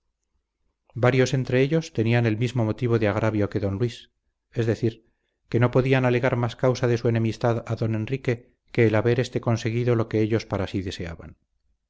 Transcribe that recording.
varios entre ellos tenían el mismo motivo de agravio que don luis es decir que no podían alegar más causa de su enemistad a don enrique que el haber éste conseguido lo que ellos para sí deseaban